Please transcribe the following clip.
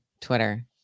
Twitter